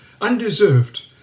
undeserved